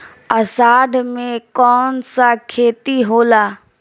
अषाढ़ मे कौन सा खेती होला?